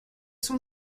sont